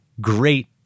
great